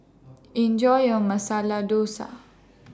Enjoy your Masala Dosa